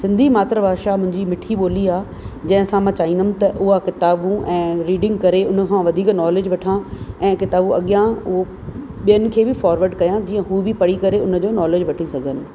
सिंधी मातृभाषा मुंहिंजी मिठी ॿोली आहे जंहिं सां मां चाहींदमि त उहा किताबूं ऐं रीडिंग करे हुन खां वधीक नॉलेज वठां ऐं किताबूं अॻियां उहो ॿियनि खे बि फॉरवड कयां जीअं हू बि पढ़ी करे हुनजो नॉलेज वठी सघनि